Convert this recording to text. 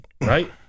right